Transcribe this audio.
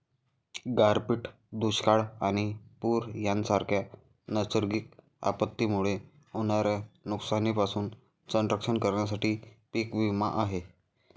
गारपीट, दुष्काळ आणि पूर यांसारख्या नैसर्गिक आपत्तींमुळे होणाऱ्या नुकसानीपासून संरक्षण करण्यासाठी पीक विमा आहे